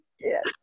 Yes